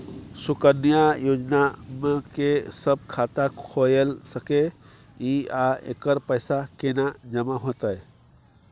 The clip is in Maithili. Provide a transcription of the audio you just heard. सुकन्या योजना म के सब खाता खोइल सके इ आ एकर पैसा केना जमा होतै?